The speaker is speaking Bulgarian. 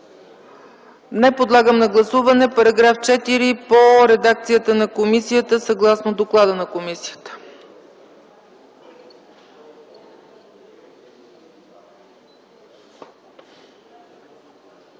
Не. Подлагам на гласуване § 4 по редакцията на комисията, съгласно доклада на комисията.